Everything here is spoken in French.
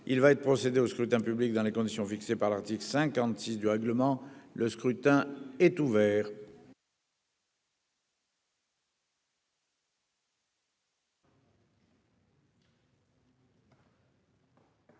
Il va être procédé au scrutin dans les conditions fixées par l'article 56 du règlement. Le scrutin est ouvert.